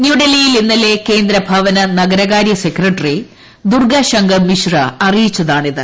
ന്യൂഡൽഹിയിൽ ഇന്നലെ കേന്ദ്ര ഭവന ്നഗരകാര്യ സെക്രട്ടറി ദുർഗ്ഗശങ്കർ മിശ്ര അറിയിച്ചതാണിത്